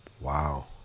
Wow